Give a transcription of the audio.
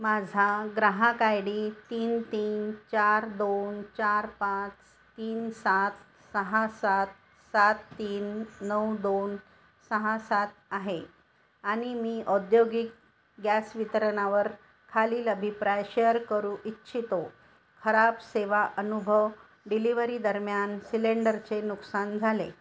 माझा ग्राहक I D तीन तीन चार दोन चार पाच तीन सात सहा सात सात तीन नऊ दोन सहा सात आहे आणि मी औद्योगिक गॅस वितरणावर खालील अभिप्राय शेअर करू इच्छितो खराब सेवा अनुभव डिलिव्हरी दरम्यान सिलेंडरचे नुकसान झाले